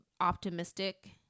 optimistic